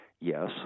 yes